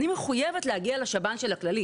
אני מחויבת להגיע לשב"ן של הכללית.